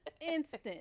instant